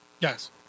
Yes